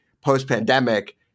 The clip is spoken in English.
post-pandemic